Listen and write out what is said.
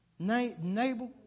Nabel